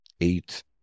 Eight